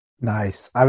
Nice